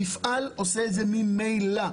המפעל עושה את זה ממילא.